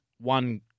one